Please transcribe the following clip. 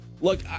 Look